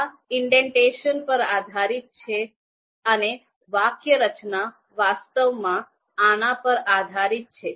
આ ઇન્ડેન્ટેશન પર આધારિત છે અને વાક્યરચના વાસ્તવમાં આના પર આધારિત છે